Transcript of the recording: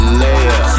layer